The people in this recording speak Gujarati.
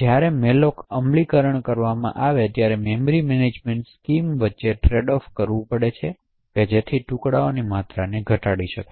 જ્યારે malloc અમલીકરણ કરવામાં આવે મેમરી મેનેજમેન્ટ સ્કીમ વચ્ચે ટ્રેડ ઑફ કરવું પડે જેથી ટુકડાની માત્રાને ઘટાડી શકાય